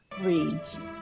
reads